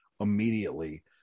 immediately